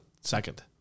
second